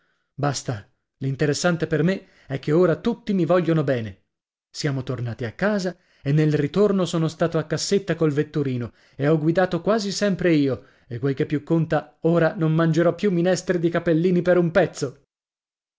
basta l'interessante per me è che ora tutti mi vogliono bene siamo tornati a casa e nel ritorno sono stato a cassetta col vetturino e ho guidato quasi sempre io e quel che più conta ora non mangerò più minestre di capellini per un pezzo